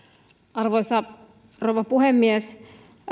arvoisa rouva puhemies